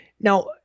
Now